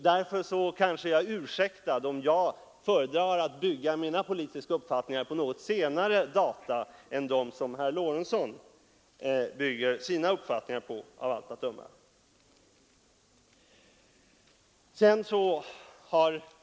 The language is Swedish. Därför kanske jag är ursäktad om jag föredrar att bygga mina politiska uppfattningar på något senare data än dem som herr Lorentzon av allt att döma bygger sina uppfattningar på.